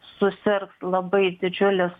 susirgs labai didžiulis